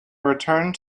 returned